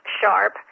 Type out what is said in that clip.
sharp